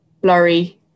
blurry